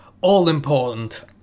all-important